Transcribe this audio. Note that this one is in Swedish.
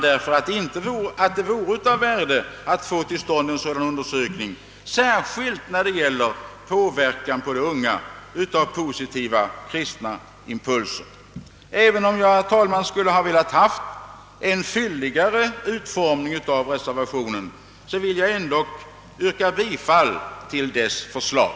Därför menar jag att det vore värdefullt om en sådan undersökning, särskilt beträffande positiva kristna impulsers påverkan på de unga, nu kom till stånd. Även om jag, herr talman, skulle velat ha en fylligare utformning av reservationen vill jag ändå yrka bifall till dess förslag.